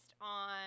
on